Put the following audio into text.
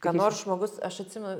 ką nors žmogus aš atsimenu